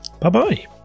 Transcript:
bye-bye